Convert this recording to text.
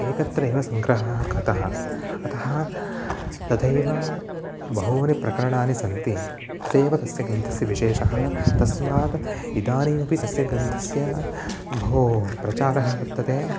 एकत्रैव सङ्ग्रहः कृतः अतः तथैव बहूनि प्रकरणानि सन्ति ते एव तस्य ग्रन्थस्य विशेषः तस्मात् इदानीमपि तस्य ग्रन्थस्य बहु प्रचारः वर्तते